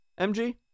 MG